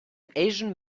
asian